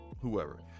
whoever